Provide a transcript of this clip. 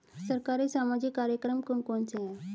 सरकारी सामाजिक कार्यक्रम कौन कौन से हैं?